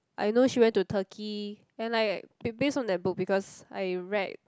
I know she went to Turkey and like ba~ based on that book because I read